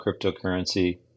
cryptocurrency